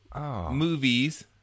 movies